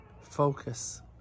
focus